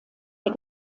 der